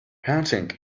hunting